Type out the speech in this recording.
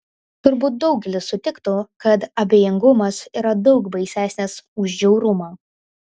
turbūt daugelis sutiktų kad abejingumas yra daug baisesnis už žiaurumą